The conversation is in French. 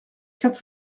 quatre